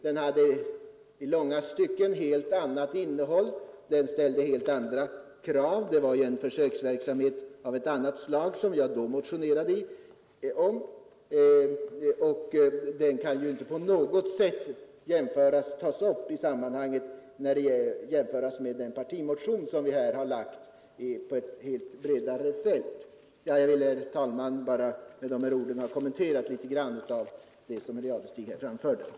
Den hade emellertid i långa stycken ett helt annat innehåll, den ställde helt andra krav — det var en försöksverksamhet av ett helt annat slag som jag då motionerade om — och den kan inte på något sätt jämföras med den partimotion som vi här har lagt fram. Jag ville, herr talman, med dessa ord bara få kommentera något av vad herr Jadestig anfört.